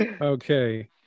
Okay